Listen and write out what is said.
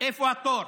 איפה התור,